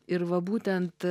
ir va būtent